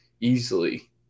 easily